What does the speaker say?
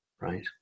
right